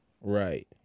Right